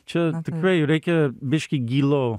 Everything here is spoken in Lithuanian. čia tikrai reikia biškį gylo